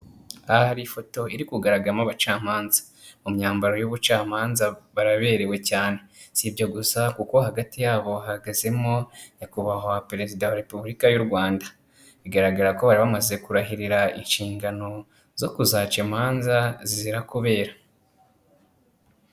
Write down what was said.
Aha hari ifoto iri kugaragaramo abacamanza mu myambaro y'ubucamanza baraberewe cyane. Si ibyo gusa kuko hagati yabo hahagazemo nyakubahwa perezida wa repubulika y'u Rwanda, bigaragara ko bari bamaze kurahirira inshingano zo kuzaca impanza zizira kubera.